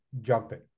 jumping